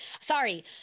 sorry